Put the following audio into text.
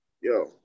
Yo